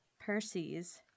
Percy's